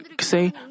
say